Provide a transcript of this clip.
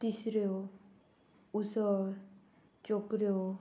तिसऱ्यो उसळ चोकऱ्यो